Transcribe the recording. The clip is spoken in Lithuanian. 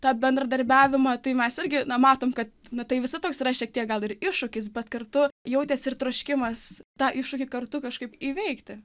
tą bendradarbiavimą tai mes irgi numatome kad matai visi toks yra šiek tiek gal ir iššūkis bet kartu jautėsi ir troškimas tą iššūkį kartu kažkaip įveikti